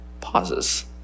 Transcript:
pauses